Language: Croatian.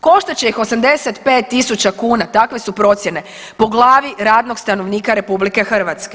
Koštat će ih 85.000 kuna, takve su procjene po glavi radnog stanovnika RH.